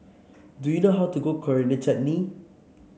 do you know how to cook Coriander Chutney